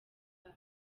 zabo